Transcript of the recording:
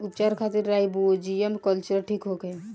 उपचार खातिर rhizobium culture ठीक होखे?